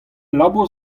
labour